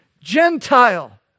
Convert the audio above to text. Gentile